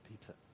Peter